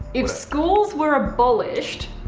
if schools were abolished,